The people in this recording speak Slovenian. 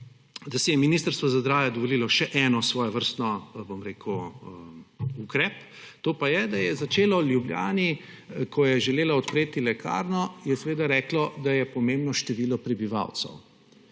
da si je Ministrstvo za zdravje dovolilo še en svojevrsten ukrep, to pa je, da je začelo Ljubljani, ko je želela odpreti lekarno, reklo, da je pomembno število prebivalcev.